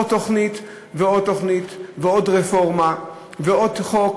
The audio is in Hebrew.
עוד תוכנית ועוד תוכנית ועוד רפורמה ועוד חוק,